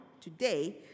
today